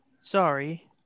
Sorry